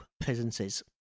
presences